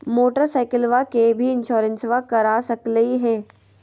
मोटरसाइकिलबा के भी इंसोरेंसबा करा सकलीय है?